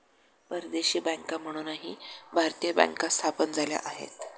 परदेशी बँका म्हणूनही भारतीय बँका स्थापन झाल्या आहेत